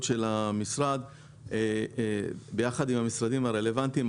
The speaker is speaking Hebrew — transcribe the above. רבות של המשרד יחד עם המשרדים הרלוונטיים,